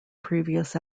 previous